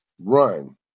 run